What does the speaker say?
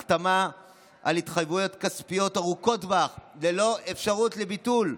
החתמה על התחייבויות כספיות ארוכות טווח ללא אפשרות לביטול,